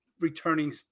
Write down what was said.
returning